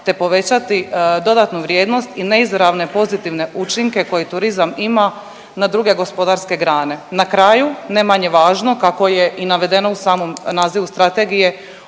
te povećati dodatnu vrijednost i neizravne pozitivne učinke koje turizam ima na druge gospodarske grane. Na kraju, ne manje važno, kako je i navedeno u samom nazivu Strategije,